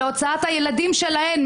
להוצאת הילדים שלהן,